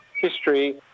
history